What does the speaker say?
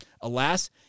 alas